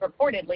reportedly